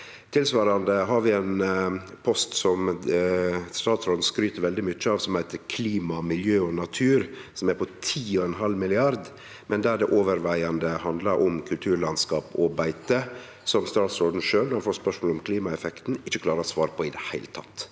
Tilsvarande har vi ein post som statsråden skryter veldig mykje av, som heiter klima, miljø og natur, som er på 10,5 mrd. kr, men der det overvegande handlar om kulturlandskap og beite, som statsråden sjølv når han får spørsmål om klimaeffekten, ikkje klarer å svare på i det heile,